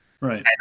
Right